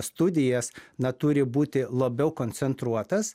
studijas na turi būti labiau koncentruotas